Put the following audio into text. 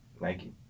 Nike